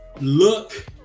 look